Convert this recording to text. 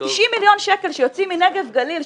90 מיליון שקל שיוצאים מנגב וגליל,